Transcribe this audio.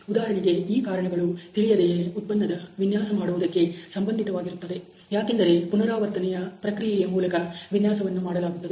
ಉದಾಹರಣೆಗೆ ಈ ಕಾರಣಗಳು ತಿಳಿಯದೆಯೇ ಉತ್ಪನ್ನದ ವಿನ್ಯಾಸ ಮಾಡುವುದಕ್ಕೆ ಸಂಬಂಧಿತವಾಗಿರುತ್ತದೆ ಯಾಕೆಂದರೆ ಪುನರಾವರ್ತನೆಯ ಪ್ರಕ್ರಿಯೆಯ ಮೂಲಕ ವಿನ್ಯಾಸವನ್ನು ಮಾಡಲಾಗುತ್ತದೆ